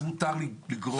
אז מותר לגרור.